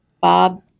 Bob